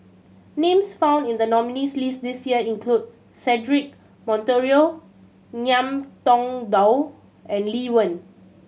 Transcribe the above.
names found in the nominees' list this year include Cedric Monteiro Ngiam Tong Dow and Lee Wen